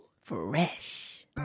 Fresh